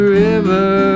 river